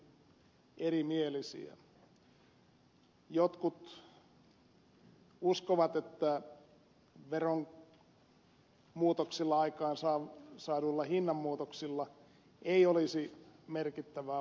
jotkut uskovat että veromuutoksilla aikaansaaduilla hinnanmuutoksilla ei olisi merkittävää vaikutusta